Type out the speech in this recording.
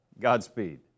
Godspeed